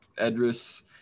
Edris